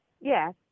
yes